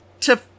to-